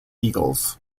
eagles